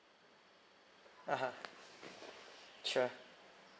(uh huh) sure